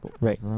Right